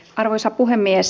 arvoisa puhemies